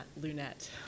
lunette